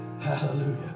Hallelujah